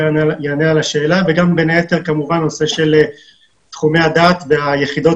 יענה על השאלה וגם בין היתר כמובן נושא של תחומי הדעת ויחידות